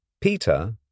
Peter